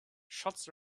shots